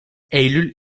eylül